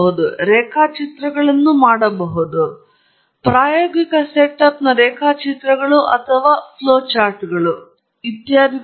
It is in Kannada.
ನೀವು ರೇಖಾಚಿತ್ರಗಳನ್ನು ಮಾಡಬಹುದು ಪ್ರಾಯೋಗಿಕ ಸೆಟಪ್ನ ರೇಖಾಚಿತ್ರಗಳು ಅಥವಾ ಹರಿಯುವ ರೇಖಾಚಿತ್ರಗಳು ಇತ್ಯಾದಿಗಳು ಇತ್ಯಾದಿ